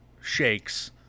shakes